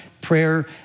Prayer